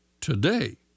today